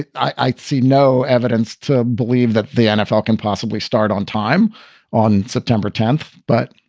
i see no evidence to believe that the nfl can possibly start on time on september tenth. but,